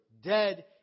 dead